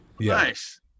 Nice